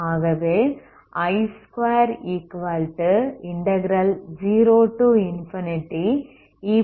ஆகவே I20e x2dx